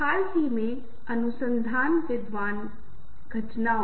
इसलिए संचार बहुत महत्वपूर्ण भूमिका निभा रहा है